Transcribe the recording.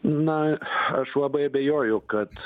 na aš labai abejoju kad